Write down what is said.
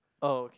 oh